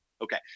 okay